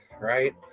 right